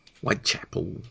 Whitechapel